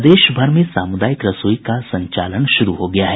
प्रदेश भर में सामुदायिक रसोई का संचालन शुरू हो गया है